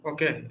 Okay